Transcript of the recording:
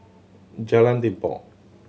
Jalan Tepong